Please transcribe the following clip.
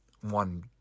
one